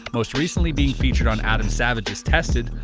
most recently being featured on adam savage, tested,